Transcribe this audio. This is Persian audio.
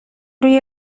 روی